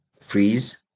freeze